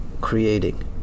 creating